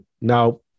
Now